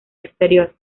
exterior